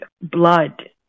blood